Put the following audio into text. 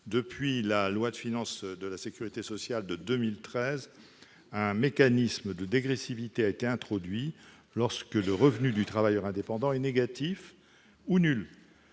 depuis la loi de financement de la sécurité sociale pour 2013, un mécanisme de dégressivité a été introduit lorsque le revenu du travailleur indépendant est négatif ou nul.